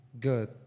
good